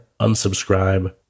Unsubscribe